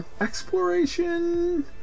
exploration